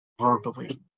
verbally